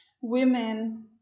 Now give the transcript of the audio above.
women